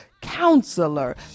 counselor